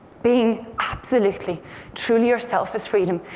being absolutely true to yourself is freedom.